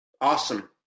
Awesome